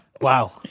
Wow